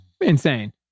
insane